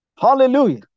Hallelujah